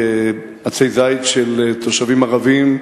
עצי זית של תושבים ערבים,